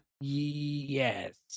Yes